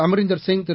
Amarinder Singh Thiru